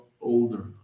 older